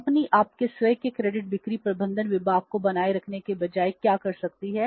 company आपके स्वयं के क्रेडिट बिक्री प्रबंधन विभाग को बनाए रखने के बजाय क्या कर सकती है